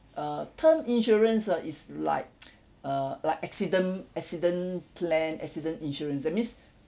uh term insurance ah is like uh like accident accident plan accident insurance that means